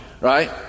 Right